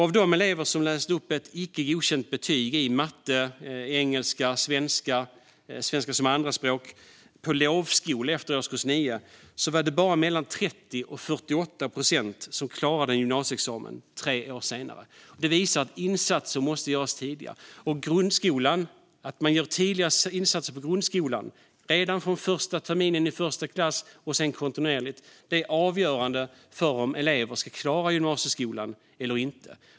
Av de elever som läste upp ett icke godkänt betyg i matte, engelska, svenska eller svenska som andraspråk på lovskola efter årskurs 9 var det bara mellan 30 och 48 procent som klarade en gymnasieexamen tre år senare. Det visar att insatser måste göras tidigare. Tidiga insatser i grundskolan, redan från första terminen i första klass och sedan kontinuerligt, är avgörande för om elever ska klara gymnasieskolan eller inte.